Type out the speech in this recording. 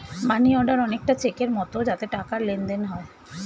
মানি order অনেকটা চেকের মতো যাতে টাকার লেনদেন হয়